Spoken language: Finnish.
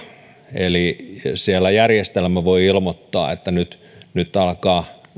eli siellä järjestelmä voi ilmoittaa että nyt nyt alkaa